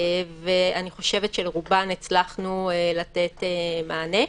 ואני חושבת שלרובן הצלחנו לתת מענה.